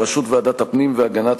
בראשות ועדת הפנים והגנת